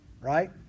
Right